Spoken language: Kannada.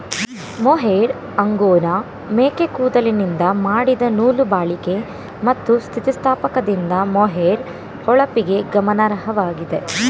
ಮೊಹೇರ್ ಅಂಗೋರಾ ಮೇಕೆ ಕೂದಲಿಂದ ಮಾಡಿದ ನೂಲು ಬಾಳಿಕೆ ಮತ್ತು ಸ್ಥಿತಿಸ್ಥಾಪಕದಿಂದ ಮೊಹೇರ್ ಹೊಳಪಿಗೆ ಗಮನಾರ್ಹವಾಗಿದೆ